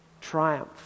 triumph